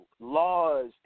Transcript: Laws